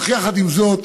אך יחד עם זאת,